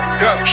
go